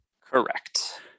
Correct